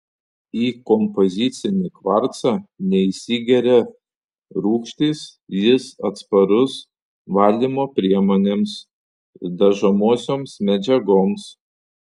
į kompozicinį kvarcą neįsigeria rūgštys jis atsparus valymo priemonėms dažomosioms medžiagoms